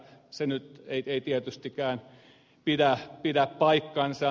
se nyt ei tietystikään pidä paikkaansa